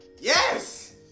Yes